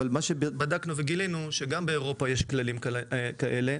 אבל בדקנו וגילינו שגם באירופה יש כללים כאלה,